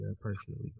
personally